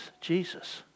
Jesus